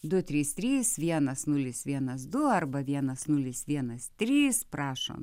du trys trys vienas nulis vienas du arba vienas nulis vienas trys prašom